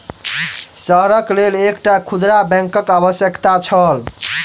शहरक लेल एकटा खुदरा बैंकक आवश्यकता छल